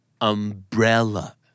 Umbrella